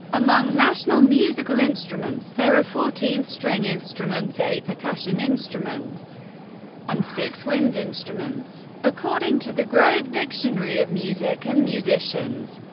among national musical instruments there are fourteen string instruments, eight percussion instruments and six wind instruments. according to the grove dictionary of music and musicians,